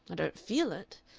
i don't feel it.